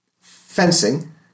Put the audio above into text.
Fencing